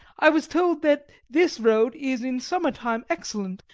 i was told that this road is in summertime excellent,